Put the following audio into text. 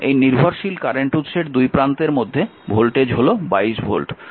এবং এই নির্ভরশীল কারেন্ট উৎসের দুই প্রান্তের মধ্যে ভোল্টেজ হল 22 ভোল্ট